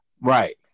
Right